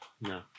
No